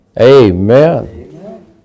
Amen